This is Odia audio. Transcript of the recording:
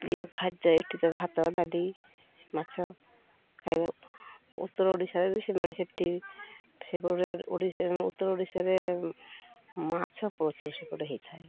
ପ୍ରିୟ ଖାଦ୍ୟ ଏଠିତ ଭାତ ଡାଲି ମାଛ ଖାଇବା ଉତ୍ତର ଓଡ଼ିଶାରେ ବି ସେମାନେ ସେଇଠି ସେପଟେ ଓଡ଼ିଶା ଉତ୍ତର ଓଡ଼ିଶାରେ ମାଛ ସେପଟେ ହୋଇଥାଏ